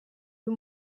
uyu